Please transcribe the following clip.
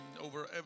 over